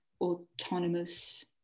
autonomous